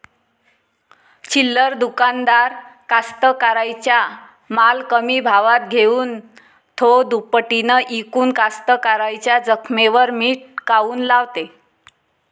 चिल्लर दुकानदार कास्तकाराइच्या माल कमी भावात घेऊन थो दुपटीनं इकून कास्तकाराइच्या जखमेवर मीठ काऊन लावते?